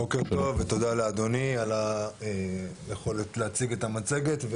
בוקר טוב ותודה לאדוני על היכולת להציג את המצגת.